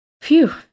Phew